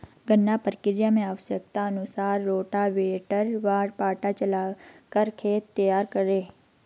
गन्ना प्रक्रिया मैं आवश्यकता अनुसार रोटावेटर व पाटा चलाकर खेत तैयार करें